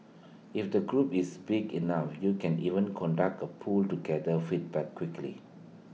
if the group is big enough you can even conduct A poll to gather feedback quickly